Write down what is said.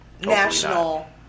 national